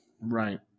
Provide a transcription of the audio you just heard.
Right